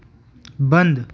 बंद